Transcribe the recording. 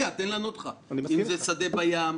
אם זה שדה בים,